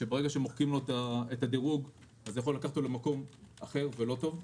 שברגע שמוחקים לו את הדירוג זה יכול לקחת אותו למקום אחר ולא טוב.